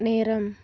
நேரம்